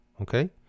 Okay